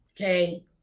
Okay